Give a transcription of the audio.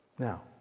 Now